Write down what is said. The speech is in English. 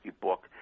book